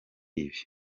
ibi